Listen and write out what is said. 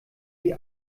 die